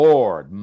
Lord